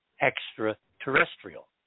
extraterrestrial